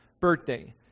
birthday